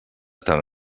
tant